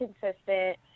consistent